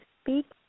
speak